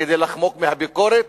כדי לחמוק מהביקורת